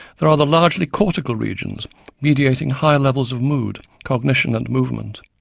there are the largely cortical regions mediating higher levels of mood, cognition and movement,